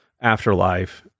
afterlife